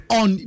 on